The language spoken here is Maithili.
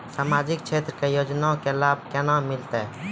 समाजिक क्षेत्र के योजना के लाभ केना मिलतै?